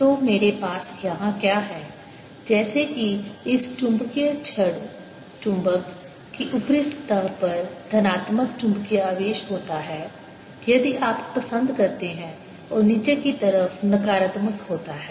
तो मेरे पास यहां क्या है जैसे कि इस चुंबकीय छड़ चुंबक की ऊपरी सतह पर धनात्मक चुंबकीय आवेश होता है यदि आप पसंद करते हैं और नीचे की तरफ नकारात्मक होता है